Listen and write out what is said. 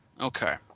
okay